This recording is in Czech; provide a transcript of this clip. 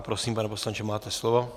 Prosím, pane poslanče, máte slovo.